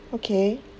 okay